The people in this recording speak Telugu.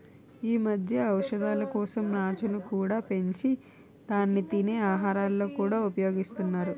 ఈ మధ్య ఔషధాల కోసం నాచును కూడా పెంచి దాన్ని తినే ఆహారాలలో కూడా ఉపయోగిస్తున్నారు